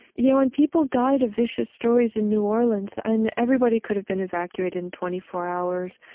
you know and people died of vicious stories in new orleans. and everybody could have been evacuated in twenty four hours.